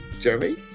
Jeremy